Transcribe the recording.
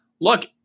look